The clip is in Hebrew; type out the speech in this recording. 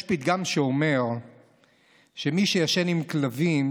יש פתגם שאומר שמי שישן עם כלבים,